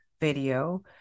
video